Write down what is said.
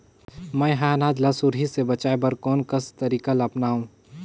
मैं ह अनाज ला सुरही से बचाये बर कोन कस तरीका ला अपनाव?